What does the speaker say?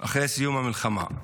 אחרי סיום המלחמה.